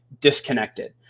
disconnected